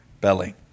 belly